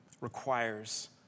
requires